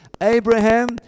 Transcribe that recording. Abraham